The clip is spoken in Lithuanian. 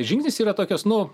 žingsnis yra tokios nu